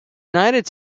united